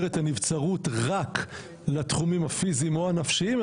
את הנבצרות רק לתחומים הפיזיים או הנפשיים,